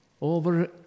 over